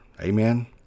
Amen